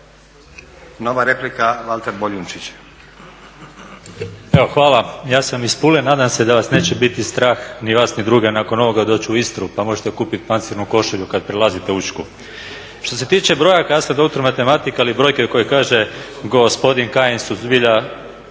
**Boljunčić, Valter (IDS)** Evo hvala. Ja sam iz Pule, nadam se da vas neće biti strah ni vas, ni druge nakon ovoga doći u Istru, pa možete kupiti pancirnu košulju kad prelazite Učku. Što se tiče broja …/Govornik se ne razumije./… ali brojke koje kaže gospodin Kajin su zbilja